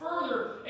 further